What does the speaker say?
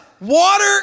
Water